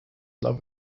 love